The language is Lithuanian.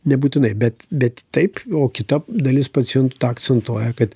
nebūtinai bet bet taip o kita dalis pacientų tą akcentuoja kad